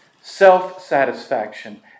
self-satisfaction